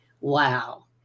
wow